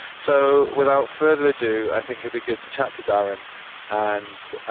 so without further ado, i think it be good to chat to darrin and